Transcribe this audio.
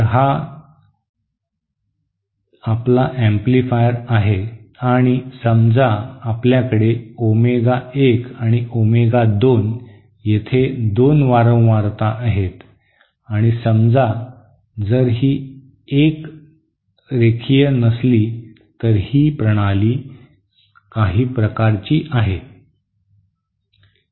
तर हा आपला एम्पलीफायर आहे आणि समजा आपल्याकडे ओमेगा 1 आणि ओमेगा 2 येथे 2 वारंवारता आहेत आणि समजा जर ही एक रेखीय नसली तर ही प्रणाली काही प्रकारची आहे